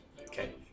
Okay